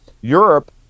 Europe